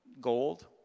gold